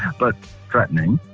but threatening